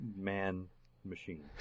man-machine